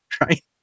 right